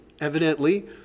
Evidently